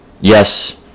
Yes